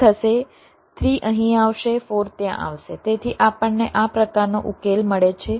3 અહીં આવશે 4 ત્યાં આવશે તેથી આપણને આ પ્રકારનો ઉકેલ મળે છે